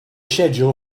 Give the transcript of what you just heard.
schedule